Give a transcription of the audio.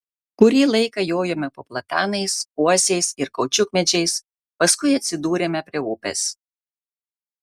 kurį laiką jojome po platanais uosiais ir kaučiukmedžiais paskui atsidūrėme prie upės